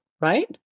right